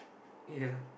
ya